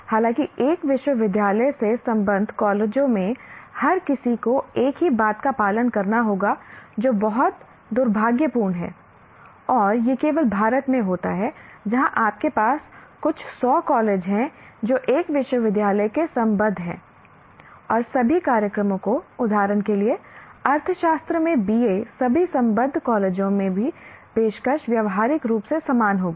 हालांकि एक विश्वविद्यालय से संबद्ध कॉलेजों में हर किसी को एक ही बात का पालन करना होगा जो बहुत दुर्भाग्यपूर्ण है और यह केवल भारत में होता है जहां आपके पास कुछ सौ कॉलेज हैं जो एक विश्वविद्यालय से संबद्ध हैं और सभी कार्यक्रमों को उदाहरण के लिए अर्थशास्त्र में BA सभी संबद्ध कॉलेजों में की पेशकश व्यावहारिक रूप से समान होगी